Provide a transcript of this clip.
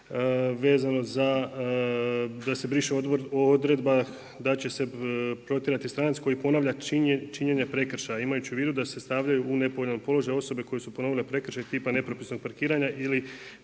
vezano za da se briše odredba, da će se protjerati stranac koji ponavlja činjenje prekršaje imajući u vidu da se stavljaju u nepovoljan položaj osobe koje su ponovile prekršaj tipa nepropisnog parkiranja ili